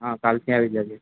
હાં કાલથી આવી જજે